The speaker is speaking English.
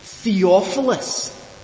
theophilus